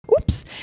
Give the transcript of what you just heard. oops